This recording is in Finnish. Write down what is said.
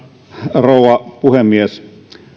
rouva puhemies